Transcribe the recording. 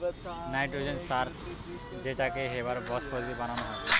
nitrogen সার সার যেটাকে হেবার বস পদ্ধতিতে বানানা হয়